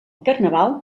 carnaval